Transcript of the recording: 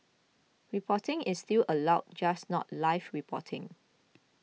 reporting is still allowed just not live reporting